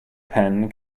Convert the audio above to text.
pen